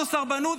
זו סרבנות?